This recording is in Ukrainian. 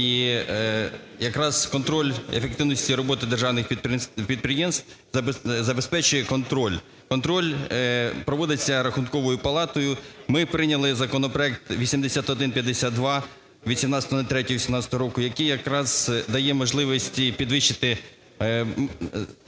І якраз контроль ефективності роботи державних підприємств забезпечує контроль, контроль проводиться Рахунковою палатою. Ми прийняли законопроект 8152 18.03.18 року, який якраз дає можливості підвищити